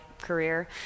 career